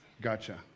Gotcha